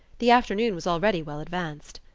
the afternoon was already well advanced.